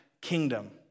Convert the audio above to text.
kingdom